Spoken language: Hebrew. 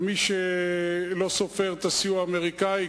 מי שלא סופר את הסיוע האמריקני,